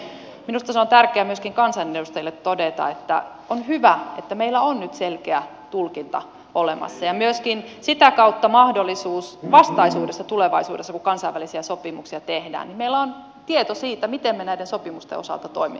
mutta niin kuin sanoin eilen minusta se on tärkeää myöskin kansanedustajille todeta että on hyvä että meillä on nyt selkeä tulkinta olemassa ja myöskin sitä kautta vastaisuudessa tulevaisuudessa kun kansainvälisiä sopimuksia tehdään meillä on tieto siitä miten me näiden sopimusten osalta toimimme